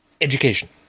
education